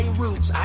roots